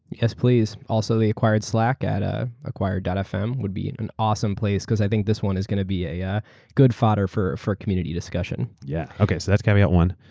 yes, please. also, the acquired slack at ah acquired. but fm would be an awesome place because i think this one is going to be ah good fodder for for community discussion. yeah. okay, so that's caveat one.